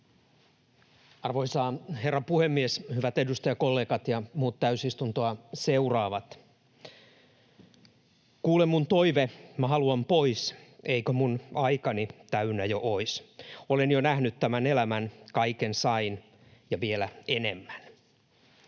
Arvoisa herra puhemies, hyvät edustajakollegat ja muut täysistuntoa seuraavat! ”Kuule mun toive, mä haluan pois. Eikö mun aikani täynnä jo ois? Olen jo nähnyt tämän elämän, kaiken sain ja vielä enemmän.”